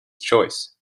choice